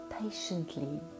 patiently